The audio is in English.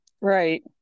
Right